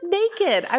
naked